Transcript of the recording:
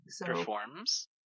Performs